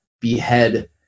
behead